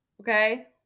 Okay